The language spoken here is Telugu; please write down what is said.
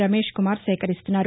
రమేశ్కుమార్ సేకరిస్తున్నారు